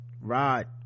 rod